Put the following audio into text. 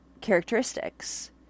characteristics